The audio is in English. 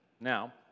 Now